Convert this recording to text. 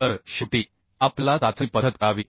तर शेवटी आपल्याला चाचणी पद्धत करावी